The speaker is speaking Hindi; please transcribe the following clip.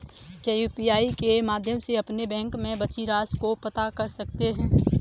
क्या यू.पी.आई के माध्यम से अपने बैंक में बची राशि को पता कर सकते हैं?